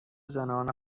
زنان